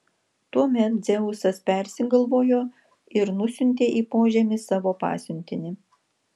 tuomet dzeusas persigalvojo ir nusiuntė į požemį savo pasiuntinį